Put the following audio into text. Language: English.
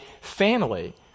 family